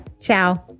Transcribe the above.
Ciao